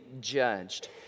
judged